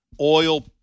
oil